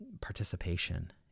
participation